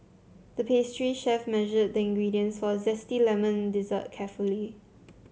the pastry chef measured the ingredients for a zesty lemon dessert carefully